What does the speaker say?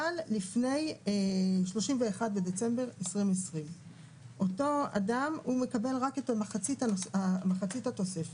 אבל לפני 31 בדצמבר 2020. אותו אדם מקבל רק את מחצית התוספת,